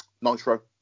Nitro